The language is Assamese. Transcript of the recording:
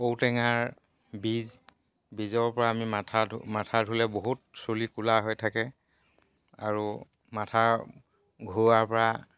ঔটেঙাৰ বীজ বীজৰ পৰা আমি মাথা ধু মাথা ধুলে বহুত চুলি কলা হৈ থাকে আৰু মাথা ঘুৰুৱাৰ পৰা